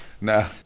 No